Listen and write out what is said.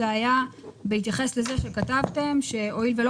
זה היה בהתייחס לזה שכתבתם: הואיל ולא